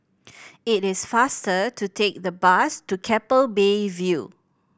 it is faster to take the bus to Keppel Bay View